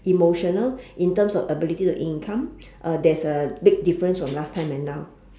emotional in terms of ability in income uh there's a big difference from last time and now